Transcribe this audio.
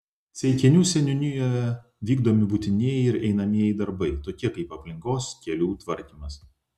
ceikinių seniūnijoje vykdomi būtinieji ir einamieji darbai tokie kaip aplinkos kelių tvarkymas